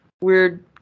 weird